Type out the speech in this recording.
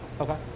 Okay